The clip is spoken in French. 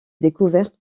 découverte